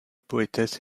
poétesse